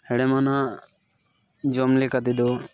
ᱦᱮᱲᱮᱢ ᱟᱱᱟᱜ ᱡᱚᱢ ᱞᱮᱠᱟ ᱛᱮᱫᱚ